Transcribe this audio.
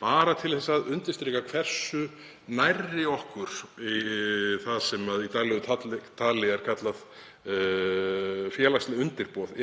bara til að undirstrika hversu nærri okkur það er sem í daglegu tali er kallað félagslegt undirboð.